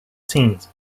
teens